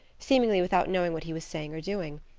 seemingly without knowing what he was saying or doing.